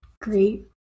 great